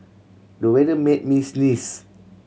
the weather made me sneeze